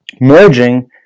merging